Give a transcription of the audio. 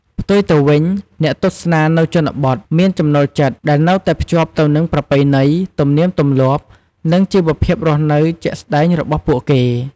ផ្ទុយទៅវិញ អ្នកទស្សនានៅជនបទមានចំណូលចិត្តដែលនៅតែភ្ជាប់ទៅនឹងប្រពៃណី ទំនៀមទម្លាប់ និងជីវភាពរស់នៅជាក់ស្តែងរបស់ពួកគេ។